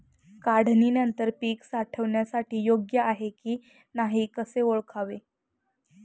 काढणी नंतर पीक साठवणीसाठी योग्य आहे की नाही कसे ओळखावे?